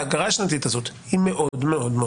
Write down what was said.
האגרה השנתית הזאת היא גבוהה מאוד.